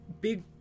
big